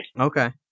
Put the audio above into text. okay